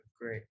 great